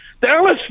Dallas